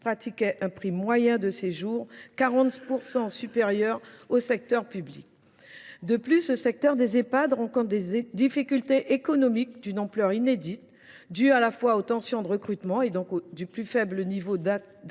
pratiquaient un prix moyen du séjour supérieur de 40 % au secteur public. De plus, le secteur des Ehpad rencontre des difficultés économiques d’une ampleur inédite. Elles sont dues aux tensions de recrutement, entraînant un plus faible niveau d’activité,